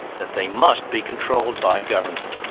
that they must be controlled by government.